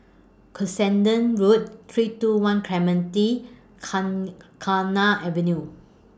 Cuscaden Road three two one Clementi Avenue